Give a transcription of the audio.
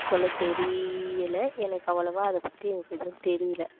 சொல்ல தெரியலை எனக்கு அவ்வளோவா அதை பற்றி எனக்கு எதுவும் தெரியல